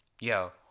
yo